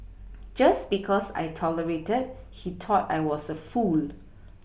just because I tolerated he thought I was a fool